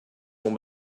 sont